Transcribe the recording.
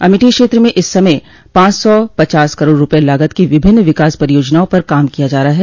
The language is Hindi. अमेठी क्षेत्र में इस समय पांच सौ पचास करोड़ रूपये लागत की विभिन्न विकास परियोजनाओं पर काम किया जा रहा है